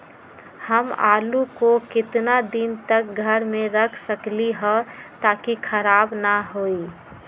हम आलु को कितना दिन तक घर मे रख सकली ह ताकि खराब न होई?